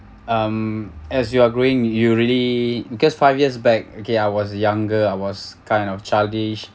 um as you are growing you really because five years back okay I was younger I was kind of childish